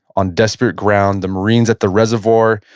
on desperate ground the marines at the reservoir.